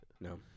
No